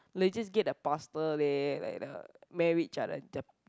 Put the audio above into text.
like just get the pastor leh like the marriage ah the the